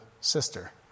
sister